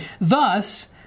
Thus